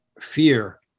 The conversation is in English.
fear